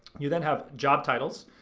you then have job titles,